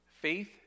Faith